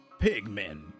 pigmen